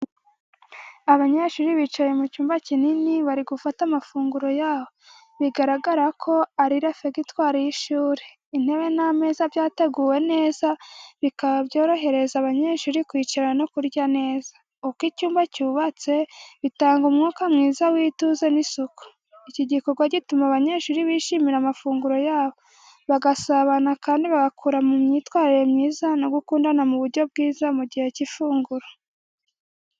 Abanyeshuri bicaye mu cyumba kinini bari gufata amafunguro yabo, bigaragarako ari réfectoire y’ishuri. Intebe n’ameza byateguwe neza, bikaba byorohereza abanyeshuri kwicara no kurya neza. Uko icyumba cyubatse, bitanga umwuka mwiza w’ituze n’isuku. Iki gikorwa gituma abanyeshuri bishimira amafunguro yabo, bagasabana, kandi bagakura mu myitwarire myiza no gukundana mu buryo bwiza mu gihe cy’ifunguro.